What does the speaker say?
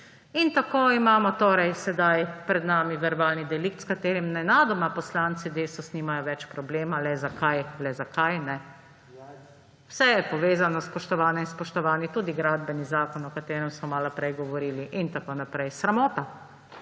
In tako imamo torej sedaj pred sabo verbalni delikt, s katerim nenadoma poslanci Desusa nimajo več problema. Le zakaj? Le zakaj? Vse je povezano, spoštovane in spoštovani, tudi Gradbeni zakon, o katerem smo malo prej govorili, in tako naprej. Sramota!